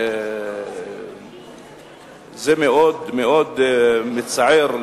זה מאוד מאוד מצער.